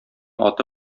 аты